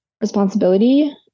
responsibility